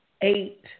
eight